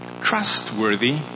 trustworthy